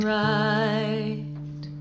right